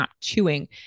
chewing